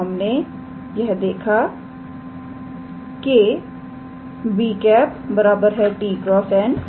तो हमने यह व्याख्या की के 𝑏̂ 𝑡̂× 𝑛̂